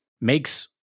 makes